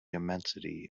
immensity